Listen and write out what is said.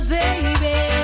baby